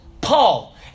Paul